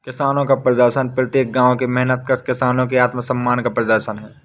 किसानों का प्रदर्शन प्रत्येक गांव के मेहनतकश किसानों के आत्मसम्मान का प्रदर्शन है